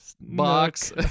box